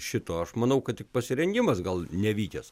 šito aš manau kad tik pasirengimas gal nevykęs